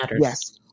Yes